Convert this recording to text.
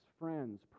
friends